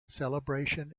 celebration